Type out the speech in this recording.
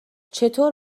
چطور